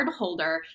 Cardholder